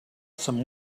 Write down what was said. some